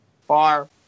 far